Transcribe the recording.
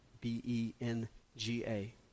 B-E-N-G-A